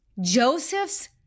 Joseph's